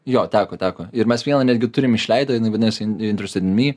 jo teko teko ir mes vieną netgi turim išleidę jinai vadinasi in interestet mi